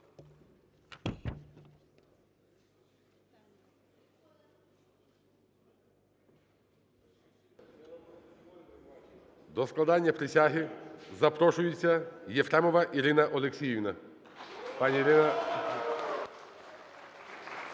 До складання присяги запрошується Єфремова Ірина Олексіївна.